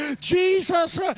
Jesus